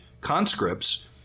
conscripts